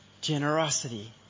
generosity